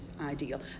ideal